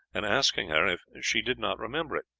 and asking her if she did not remember it.